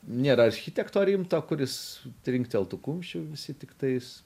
nėra architekto rimto kuris trinkteltų kumščiu visi tiktais